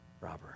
robber